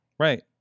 Right